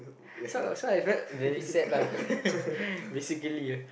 so so I felt very sad lah basically